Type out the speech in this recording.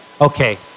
Okay